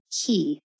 key